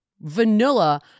vanilla